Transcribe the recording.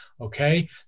okay